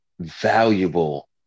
valuable